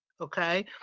okay